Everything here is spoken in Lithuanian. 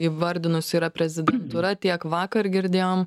įvardinusi yra prezidentūra tiek vakar girdėjom